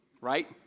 Right